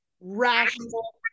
rational